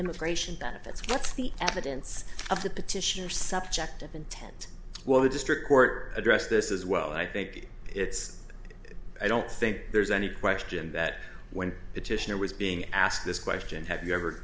immigration benefits that's the evidence of the petition or subject of intent well the district court addressed this as well i think it's i don't think there's any question that when the titian was being asked this question have you ever